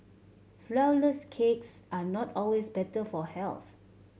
flourless cakes are not always better for health